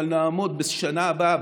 אבל נעמוד בשנה הבאה,